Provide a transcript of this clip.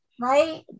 Right